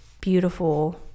beautiful